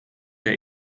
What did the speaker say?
der